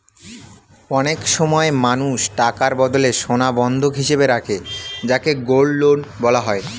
অনেক সময় মানুষ টাকার বদলে সোনা বন্ধক হিসেবে রাখে যাকে গোল্ড লোন বলা হয়